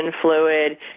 fluid